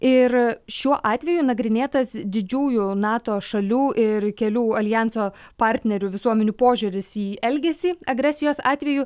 ir šiuo atveju nagrinėtas didžiųjų nato šalių ir kelių aljanso partnerių visuomenių požiūris į elgesį agresijos atveju